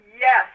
yes